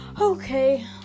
Okay